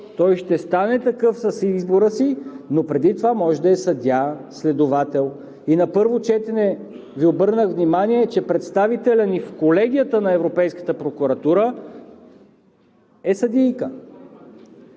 Той ще стане такъв с избора си, но преди това може да е съдия, следовател. На първо четене Ви обърнах внимание, че представителят ни в колегията на Европейската прокуратура е съдийка.